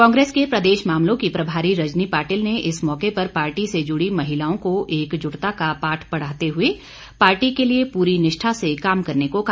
कांग्रेस के प्रदेश मामलों की प्रभारी रजनी पाटिल ने इस मौके पर पार्टी से जुड़ी महिलाओं को एकजुटता का पाठ पढ़ाते हुए पार्टी के लिए पूरी निष्ठा से काम करने को कहा